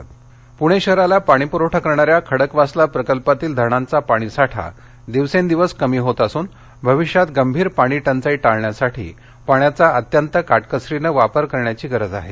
voice cast Pune intro Pune शहराला पाणी पुरवठा करणा या खडकवासला प्रकल्पातील धरणांचा पाणी साठा दिवसेंदिवस कमी होत असूनभविष्यात गंभीर पाणी टंचाई टाळण्यासाठी पाण्याचा अत्यंत काटकसरी वापर करण्याची गरज आहे